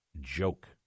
joke